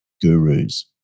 gurus